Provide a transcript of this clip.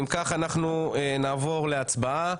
אם כך, אנחנו נעבור להצבעה.